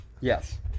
Yes